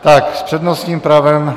Tak s přednostním právem...